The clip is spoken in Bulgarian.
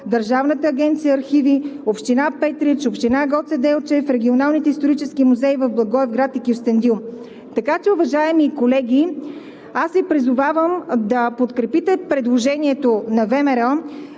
Държавната агенция „Архиви“, Община Петрич, Община Гоце Делчев, Регионалният исторически музей в Благоевград и в Кюстендил. Уважаеми колеги, аз Ви призовавам да подкрепите предложението на ВМРО